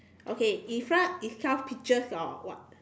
okay in front is twelve pictures or what